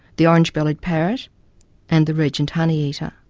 the orange-bellied parrot and the regent honeyeater.